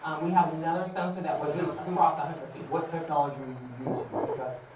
and we have another sensor that would move across a hundred feet. what technology are you using? because,